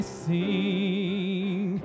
sing